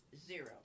zero